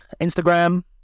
Instagram